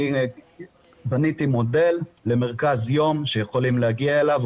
בניתי מודל למרכז יום שיכולים להגיע אליו.